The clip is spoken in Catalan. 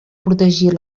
protegir